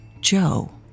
Joe